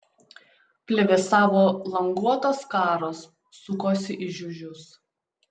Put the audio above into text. plevėsavo languotos skaros sukosi į žiužius